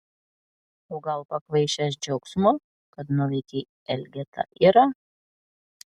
o gal pakvaišęs džiaugsmu kad nuveikei elgetą irą